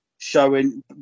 showing